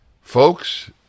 Folks